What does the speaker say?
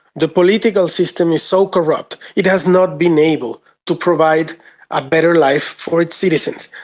the political system is so corrupt it has not been able to provide a better life for its citizens,